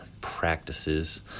practices